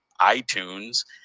iTunes